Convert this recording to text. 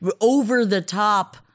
over-the-top